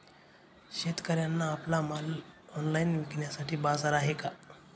शेतकऱ्यांना आपला माल ऑनलाइन विकण्यासाठी बाजार आहे का?